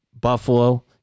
Buffalo